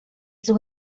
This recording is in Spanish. sus